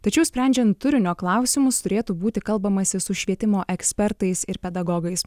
tačiau sprendžiant turinio klausimus turėtų būti kalbamasi su švietimo ekspertais ir pedagogais